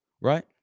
right